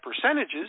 percentages